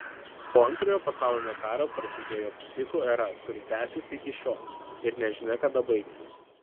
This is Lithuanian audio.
po antrojo pasaulinio karo prasidėjo psichų era kuri tęsiasi iki šiol ir nežinia kada baigsis